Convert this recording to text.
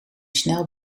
snel